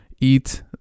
eat